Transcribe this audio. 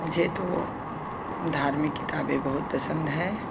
मुझे तो धार्मिक किताबें बहुत पसंद है